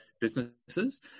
businesses